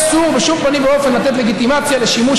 אסור בשום פנים ואופן לתת לגיטימציה לשימוש